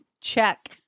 check